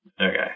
Okay